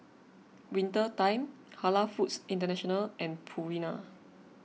Winter Time Halal Foods International and Purina